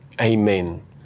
Amen